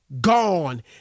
gone